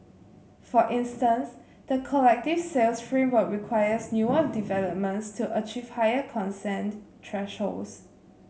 for instance the collective sales framework requires newer developments to achieve higher consent thresholds